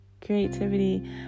Creativity